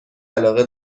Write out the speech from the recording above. علاقه